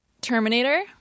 Terminator